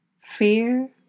fear